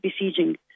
besieging